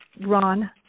Ron